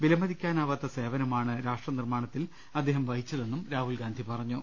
വിലമതിക്കാനാവാത്ത സേവനമാണ് രാഷ്ട്ര നിർമ്മാ ണത്തിൽ അദ്ദേഹം വഹിച്ചതെന്നും രാഹുൽഗാന്ധി പറഞ്ഞു